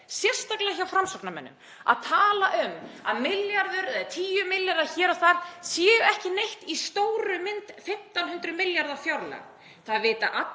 sérstaklega hjá Framsóknarmönnum, að tala um að milljarður eða 10 milljarðar hér og þar séu ekki neitt í stóru mynd 1.500 milljarða fjárlaga. Það vita